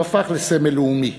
הוא הפך לסמל לאומי